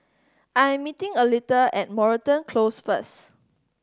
I'm meeting Aletha at Moreton Close first